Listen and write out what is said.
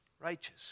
Righteous